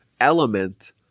element